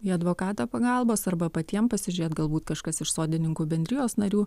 į advokatą pagalbos arba patiem pasižiūrėt galbūt kažkas iš sodininkų bendrijos narių